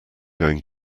going